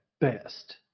best